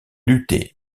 luttait